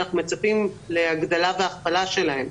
ואנחנו מצפים להגדלה והכפלה שלהם.